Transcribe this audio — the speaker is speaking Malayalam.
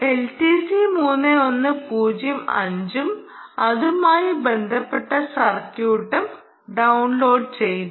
എൽടിസി 3105 ഉം അതുമായി ബന്ധപ്പെട്ട സർക്യൂട്ടും ഡൌൺലോഡുചെയ്തു